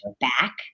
back